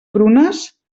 prunes